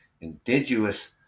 Indigenous